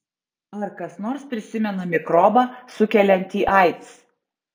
ar kas nors prisimena mikrobą sukeliantį aids